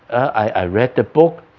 i read the book,